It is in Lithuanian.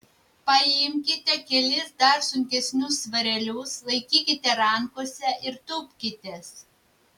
paimkite kelis dar sunkesnius svarelius laikykite rankose ir tūpkitės